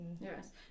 yes